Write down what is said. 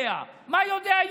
מה הוא עוד יודע?